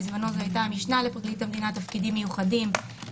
בזמנו זו היתה המשנה לפרקליט המדינה תפקידים מיוחדים,